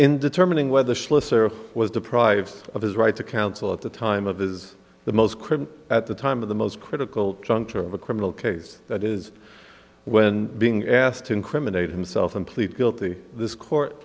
in determining whether was deprived of his right to counsel at the time of his the most critical at the time of the most critical juncture of a criminal case that is when being asked to incriminate himself and plead guilty this court